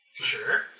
Sure